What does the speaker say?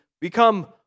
become